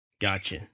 gotcha